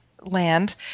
land